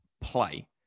play